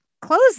close